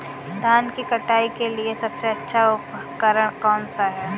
धान की कटाई के लिए सबसे अच्छा उपकरण कौन सा है?